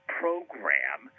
program